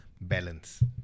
Balance